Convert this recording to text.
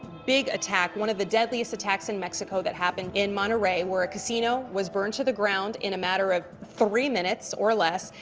big attack one of the deadliest attacks in mexico that happened in monterrey, where a casino was burned to the ground in a matter of three minutes or less.